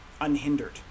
unhindered